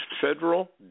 federal